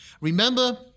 Remember